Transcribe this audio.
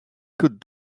could